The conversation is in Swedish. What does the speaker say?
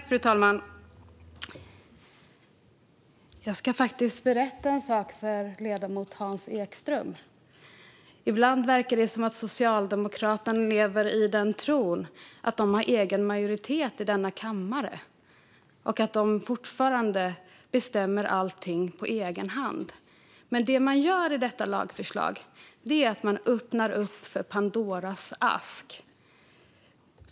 Fru talman! Jag ska berätta en sak för ledamot Hans Ekström. Ibland verkar det som att Socialdemokraterna lever i tron att de har egen majoritet i denna kammare och att de fortfarande bestämmer allting på egen hand. Det man gör med detta lagförslag är att man öppnar Pandoras ask.